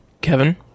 Kevin